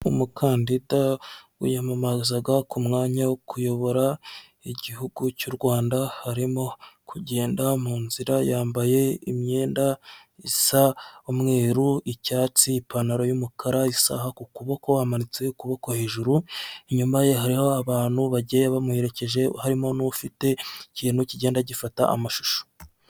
Umukandida wiyamamazaga ku mwanya wo kuyobora igihugu cy'urwanda harimo kugenda muzira yambaye imyenda isa umweru n'icyatsi, ipantaro y'umukara, isaha ku kuboko amanitse ukuboko hejuru inyuma ye hari abantu bagiye bamuherekeje harimo n'ufite ikintu kigenda gifata amashusho.